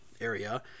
area